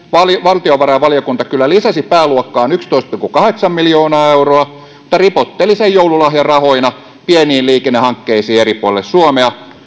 valtiovarainvaliokunta kyllä lisäsi pääluokkaan yksitoista pilkku kahdeksan miljoonaa euroa mutta ripotteli sen joululahjarahoina pieniin liikennehankkeisiin eri puolille suomea